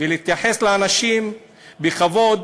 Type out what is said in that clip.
ולהתייחס לאנשים בכבוד.